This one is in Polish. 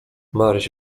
maryś